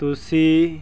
ਤੁਸੀਂ